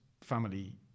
family